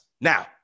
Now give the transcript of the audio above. Now